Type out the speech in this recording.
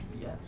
Yes